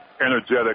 energetic